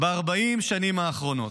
ב-40 השנים האחרונות.